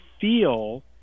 feel